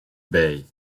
bay